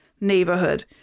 neighborhood